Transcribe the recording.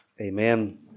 Amen